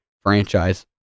franchise